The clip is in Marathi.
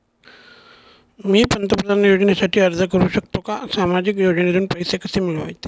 मी पंतप्रधान योजनेसाठी अर्ज करु शकतो का? सामाजिक योजनेतून पैसे कसे मिळवायचे